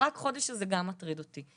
ה"רק חודש" הזה גם מטריד אותי.